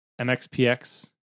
MXPX